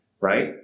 Right